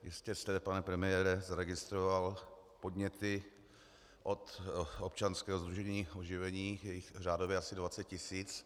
Jistě jste, pane premiére, zaregistroval podněty od občanského sdružení Oživení, je jich řádově asi 20 tisíc.